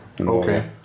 Okay